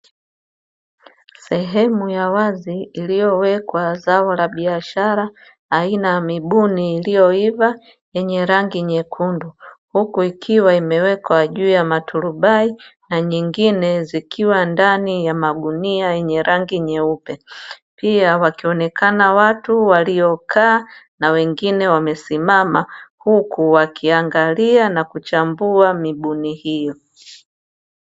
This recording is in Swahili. Sehemu ya wazi iliyowekwa zao la biashara aina ya mibuni iliyoiva yenye rangi nyekundu, huku ikiwa imewekwa juu ya masturbating na nyingine zikiwa ndani ya magunia yenye rangi nyeupe. Pia wakionekana watu waliokaa na wengine wamesimama huku wakiangalia na kuchambua mibuni hiyo .